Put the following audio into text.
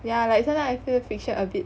yeah like sometime I feel fiction a bit